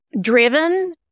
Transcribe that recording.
driven